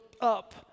up